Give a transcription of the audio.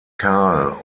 karl